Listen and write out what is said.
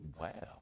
wow